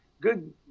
good